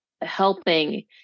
helping